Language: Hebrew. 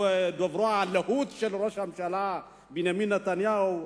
הוא דוברו הלהוט של ראש הממשלה בנימין נתניהו,